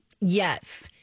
yes